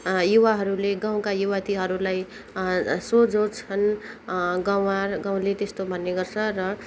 युवाहरूले गाउँको युवतीहरूलाई सोझो छन् गँवार गाउँले त्यस्तो भन्ने गर्छ र